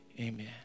Amen